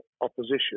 opposition